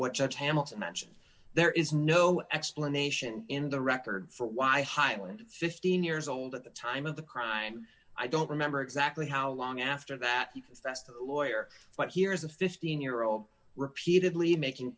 what judge hamilton mentioned there is no explanation in the record for why hyland fifteen years old at the time of the crime i don't remember exactly how long after that that's the lawyer but here is a fifteen year old repeatedly making